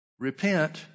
Repent